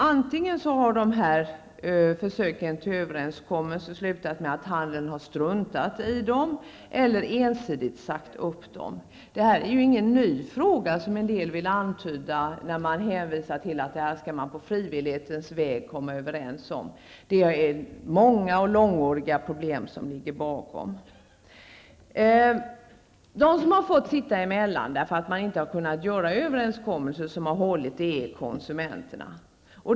Antingen har försöken till överenskommelse slutat med att handeln har struntat i dem eller ensidigt sagt upp dem. Detta är ingen ny fråga, som en del vill antyda, då de hänvisar till att man på frivillighetens väg skall komma överens om detta. Det är mångåriga problem som ligger bakom. De som har fått sitta emellan därför att man inte har kunnat träffa överenskommelser som har hållit är konsumenterna.